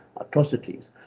atrocities